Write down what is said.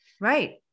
Right